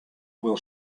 will